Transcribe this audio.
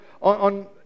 on